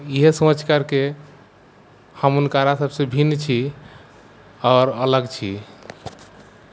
इहे सोचि करके हम हुनकरा सबसे भिन्न छी आओर अलग छी